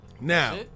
Now